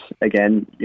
again